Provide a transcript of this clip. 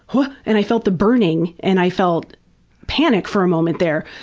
and i felt the burning and i felt panic for a moment there.